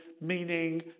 meaning